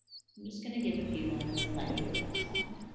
just gonna give a few moments and let you reflect on that.